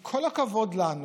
עם כל הכבוד לנו,